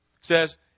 says